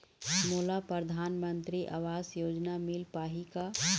मोला परधानमंतरी आवास योजना मिल पाही का?